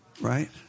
Right